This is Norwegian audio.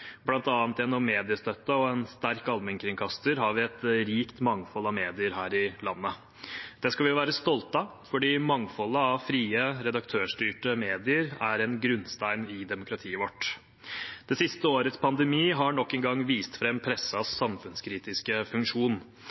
gjennom mediestøtte og en sterk allmennkringkaster har vi et rikt mangfold av medier her i landet. Det skal vi være stolte av, for mangfoldet av frie, redaktørstyrte medier er en grunnstein i demokratiet vårt. Det siste årets pandemi har nok en gang vist fram pressens samfunnskritiske funksjon.